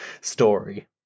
story